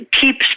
keeps